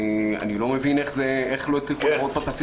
אני לא מבין איך לא הצליחו לראות פה את הסדרתיות.